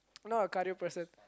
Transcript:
I'm not a cardio person